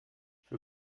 für